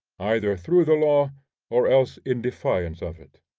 either through the law or else in defiance of it.